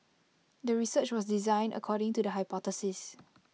the research was designed according to the hypothesis